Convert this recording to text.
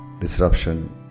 disruption